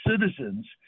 citizens